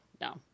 No